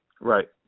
Right